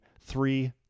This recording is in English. three